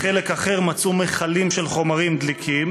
בחלק אחר מצאו מכלים של חומרים דליקים